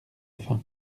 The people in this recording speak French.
faim